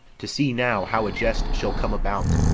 to see now how a jest shall come about!